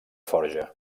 forja